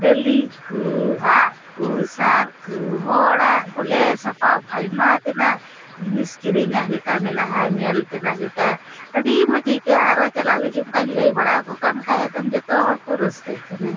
ᱰᱟᱹᱞᱤᱡ ᱠᱚ ᱟᱜ ᱠᱚ ᱥᱟᱨ ᱠᱚ ᱦᱚᱲᱟᱜ ᱵᱚᱞᱮ ᱥᱟᱯᱟᱵᱽ ᱟᱭᱢᱟ ᱛᱮᱱᱟᱜ ᱡᱤᱱᱤᱥ ᱠᱤᱨᱤᱧᱟᱜ ᱞᱮᱠᱟ ᱢᱮᱱᱟᱜᱼᱟ ᱧᱮᱞ ᱛᱮᱱᱟᱜ ᱞᱮᱠᱟ ᱟᱹᱰᱤ ᱢᱚᱡᱽ ᱟᱹᱭᱠᱟᱹᱜᱼᱟ ᱟᱨᱚ ᱪᱟᱞᱟᱜ ᱞᱟᱹᱜᱤᱫ ᱚᱱᱠᱟᱧ ᱞᱟᱹᱭ ᱵᱟᱲᱟᱣ ᱠᱚ ᱠᱟᱱ ᱠᱷᱟᱱ ᱮᱠᱫᱚᱢ ᱡᱚᱛᱚ ᱦᱚᱲ ᱠᱚ ᱨᱟᱹᱥᱠᱟᱹᱜ ᱠᱟᱱᱟ